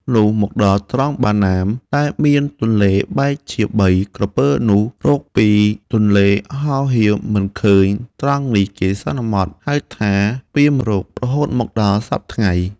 លុះមកដល់ត្រង់ បាណាម ដែលមានទន្លេបែកជាបី ក្រពើនោះរក៍ ២ ទន្លេហោះហៀវមិនឃើញ ត្រង់នេះ គេសន្មតហៅថា “ពាមរក៍” រហូតមកដល់សព្វថ្ងៃ ។។